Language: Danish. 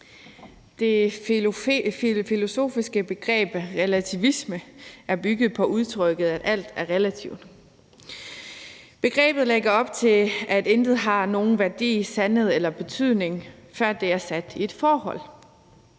Det filosofiske begreb relativisme er bygget på udtrykket, at alt er relativt. Begrebet lægger op til, at intet har nogen værdi, sandhed eller betydning, før det er sat i et forhold.